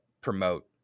promote